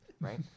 right